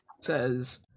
says